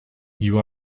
you